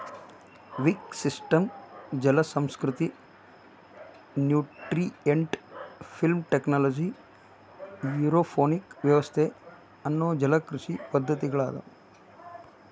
wick system ಜಲಸಂಸ್ಕೃತಿ, nutrient film technology, aeroponic ವ್ಯವಸ್ಥೆ ಅನ್ನೋ ಜಲಕೃಷಿ ಪದ್ದತಿಗಳದಾವು